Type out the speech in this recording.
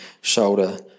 shoulder